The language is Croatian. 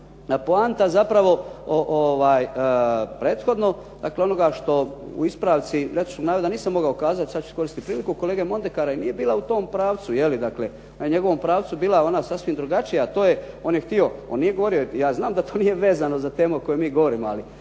A poanta zapravo prethodno dakle onoga što u ispravci netočnog navoda nisam mogao kazati sad ću iskoristiti priliku. Kolega Mondekar nije bila u tom pravcu, na njegovom pravcu bila je ona sasvim drugačija a to je, on je htio, on nije govorio. Ja znam da to nije vezano za temu o kojoj mi govorimo ali